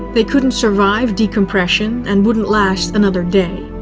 they couldn't survive decompression and wouldn't last another day.